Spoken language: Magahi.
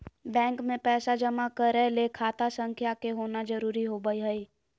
बैंक मे पैसा जमा करय ले खाता संख्या के होना जरुरी होबय हई